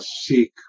seek